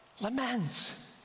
laments